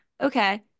okay